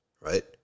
right